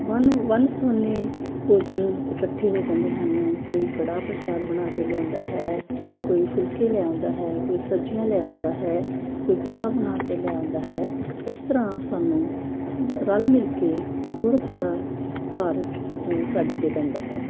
one ਵੰਨ ਸਵੰਨੇ ਭੋਜਨ ਇਕੱਠੇ ਹੋ ਜਾਂਦੇ ਹਨ ਕੋਈ ਕੜਾਹ ਪ੍ਰਸ਼ਾਦ ਬਣਾ ਕੇ ਲਿਆਉਂਦਾ ਹੈ ਕੋਈ ਫੁਲਕੇ ਲਿਆਉਂਦਾ ਹੈ ਕੋਈ ਸਬਜ਼ੀਆਂ ਲਿਆਉਂਦਾ ਹੈ ਕੋਈ ਚਾਹ ਬਣਾ ਕੇ ਲਿਆਉਂਦਾ ਹੈ ਇਸ ਤਰ੍ਹਾਂ ਸਾਨੂੰ ਰਲ ਮਿਲ ਕੇ ਥੋੜ੍ਹਾ ਥੋੜ੍ਹਾ ਭਾਰ ਸਾਡੇ 'ਤੇ ਪੈਂਦਾ ਹੈ